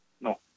No